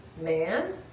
man